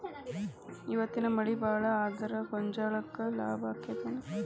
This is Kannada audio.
ಇವತ್ತಿನ ಮಳಿ ಭಾಳ ಆದರ ಗೊಂಜಾಳಕ್ಕ ಲಾಭ ಆಕ್ಕೆತಿ ಏನ್?